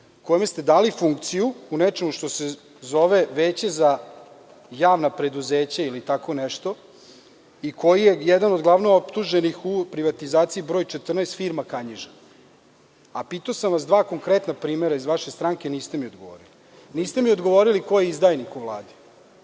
kome ste dali funkciju u nečemu što se zove Veće za javna preduzeća ili tako nešto i koji je jedan od glavno optuženih u privatizaciji broj 14 firma Kanjiža? Pitao sam vas dva konkretna primera iz vaše stranke i niste mi odgovorili. Niste i odgovorili ko je izdajnik u Vladi.